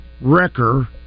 Wrecker